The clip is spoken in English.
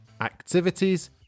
activities